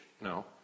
No